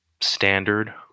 standard